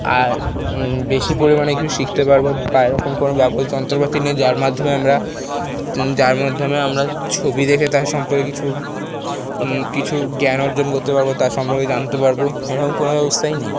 আর বেশি পরিমাণে কিছু শিখতে পারবো বা এরকম কোন যন্ত্রপাতি নেই যার মাধ্যমে আমরা যার মাধ্যমে আমরা ছবি দেখে তার সম্পর্কে কিছু কিছু জ্ঞান অর্জন করতে পারবো তার সম্পর্কে জানতে পারবো এরম কোন ব্যবস্থাই নেই